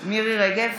מירי מרים רגב,